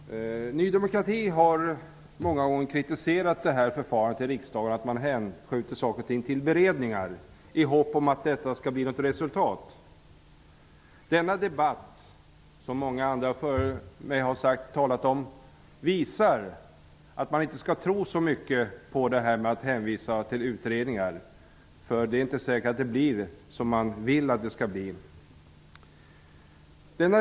Herr talman! Ny demokrati har många gånger kritiserat förfarandet i riksdagen att hänskjuta saker och ting till beredningar, i hopp om att det skall bli något resultat. Denna debatt visar, som många andra före mig har talat om, att man inte skall tro så mycket på det här, för det är inte säkert att det blir som man vill att det skall bli.